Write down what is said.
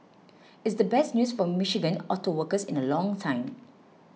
it's the best news for Michigan auto workers in a long time